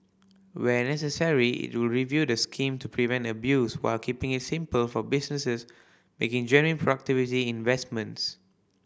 where necessary it will review the scheme to prevent abuse while keeping it simple for businesses making genuine productivity investments